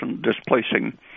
displacing